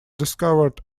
discovered